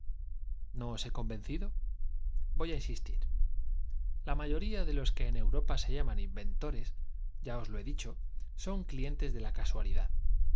os he convencido voy á insistir la mayo l'ía de los que en europa se llaman inventores ya os lo he dicho son clientes de la casualidad